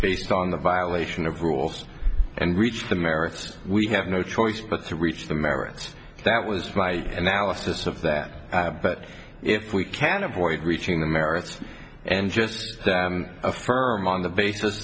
based on the violation of rules and reached the merits we have no choice but to reach the merits that was my analysis of that but if we can avoid reaching the merits and just affirm on the basis